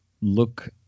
look